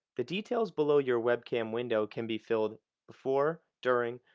the details below your webcam window can be filled before, during,